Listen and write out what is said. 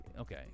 okay